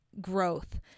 growth